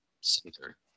center